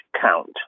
count